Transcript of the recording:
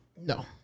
No